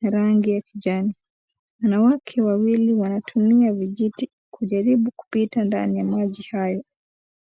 na rangi ya kijani, wanawake wawili wantumia kijiti kujaribu kupita ndani ya maji hayo.